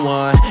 one